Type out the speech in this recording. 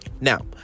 Now